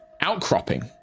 outcropping